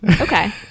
Okay